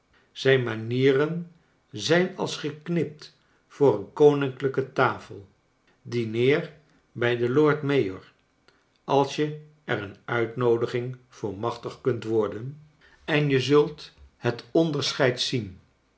zijn manieren zijn als geknipt voor een koiiiriklijke tafel dineer bij den lord mayor als je er een uitnoodiging voor macbtig kunt worden en je charles dickers zult net onderscheid zien